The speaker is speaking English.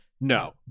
No